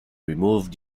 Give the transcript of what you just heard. removed